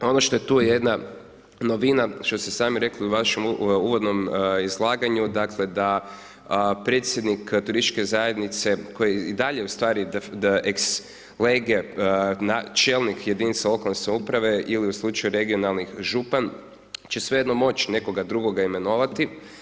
Ono što je tu jedna novina što ste sami rekli u vašem uvodnom izlaganju, dakle, da predsjednik turističke zajednice koji i dalje ustvari ex lege čelnik jedinice lokalne samouprave ili u slučaju regionalnih, župan, će svejedno moć nekoga drugoga imenovati.